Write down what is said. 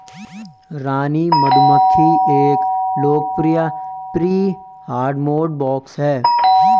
रानी मधुमक्खी एक लोकप्रिय प्री हार्डमोड बॉस है